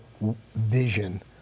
vision